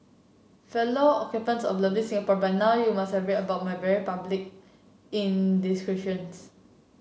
fellow occupants of lovely Singapore by now you must have read about my very public indiscretions